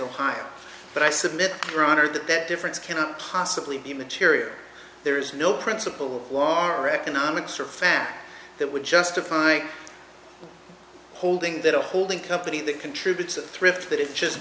ohio but i submit your honor that that difference cannot possibly be material there is no principle our economics or fact that would justify holding that a holding company that contributes at thrift that it just